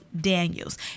Daniels